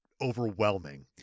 overwhelming